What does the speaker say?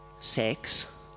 sex